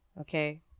okay